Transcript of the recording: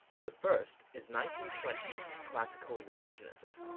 the first is nineteen twenty s classical eurasianism,